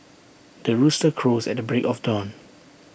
the rooster crows at the break of dawn